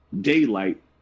Daylight